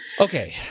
Okay